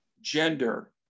gender